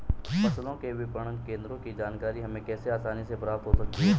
फसलों के विपणन केंद्रों की जानकारी हमें कैसे आसानी से प्राप्त हो सकती?